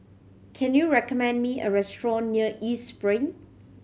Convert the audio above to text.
can you recommend me a restaurant near East Spring